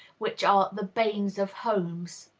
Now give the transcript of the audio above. which are the banes of homes.